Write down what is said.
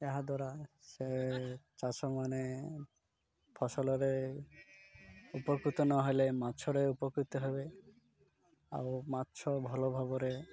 ଏହାଦ୍ୱାରା ସେ ଚାଷମାନେ ଫସଲରେ ଉପକୃତ ନହେଲେ ମାଛରେ ଉପକୃତ ହେବେ ଆଉ ମାଛ ଭଲ ଭାବରେ